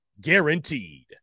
guaranteed